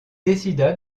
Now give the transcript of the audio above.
décida